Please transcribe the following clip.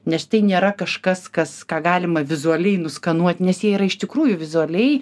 nes tai nėra kažkas kas ką galima vizualiai nuskanuot nes jie yra iš tikrųjų vizualiai